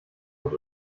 und